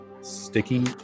sticky